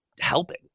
helping